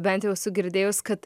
bent jau esu girdėjus kad